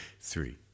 three